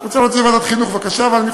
את רוצה להעלות את זה בוועדת החינוך?